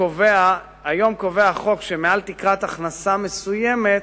היום קובע החוק שמעל תקרת הכנסה מסוימת,